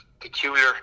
Peculiar